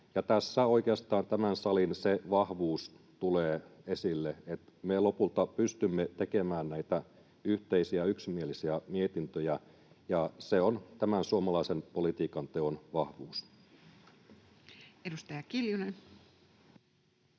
Tässä oikeastaan tämän salin se vahvuus tulee esille, että me lopulta pystymme tekemään näitä yhteisiä yksimielisiä mietintöjä, ja se on tämän suomalaisen politiikanteon vahvuus. [Speech